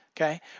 Okay